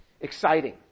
exciting